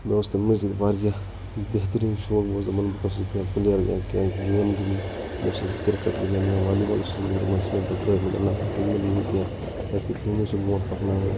مےٚ اُوس تمہِ مٔزِیٖد واریاہ بہتٔرِیٖن شُوق بہٕ اوسُس دَپان بہٕ گوٚژھس کینٛہہ پٕلیر بَنُن کِینٛہہ گیم گنٛدٕنۍ بہٕ اوسُس کِرکَٹ گِنٛدَان یا والِی بال اوسُس گِنٛدان تِم حظ ژھٕنۍ مےٚ پتہٕ ترٲیتھ مےٚ دوٚپ نہ وۄنۍ گنٛدنہٕ یِم بہٕ کینٛہہ کِیٛازِ کہِ فِیٖمٕلِی چِھ بونٛٹھ پکناوٕنۍ